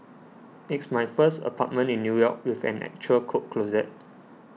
it's my first apartment in New York with an actual coat closet